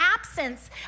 absence